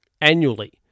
annually